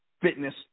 fitness